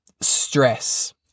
stress